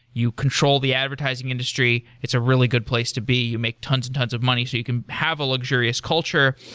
you control the advertising industry. it's a really good place to be. you make tons and tons of money, so you can have a luxurious culture.